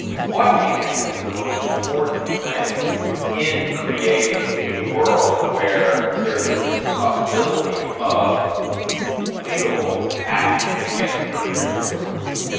what do you think has been the most important thing in creating a world where there is at least the possibility of legal action against perpetrators of war crimes?